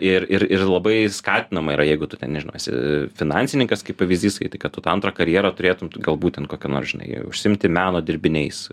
ir ir ir labai skatinama yra jeigu tu ten nežinau esi finansininkas kaip pavyzdys tai kad tu tą antrą karjerą turėtum tu gal būt ten kokiu nors žinai užsiimti meno dirbiniais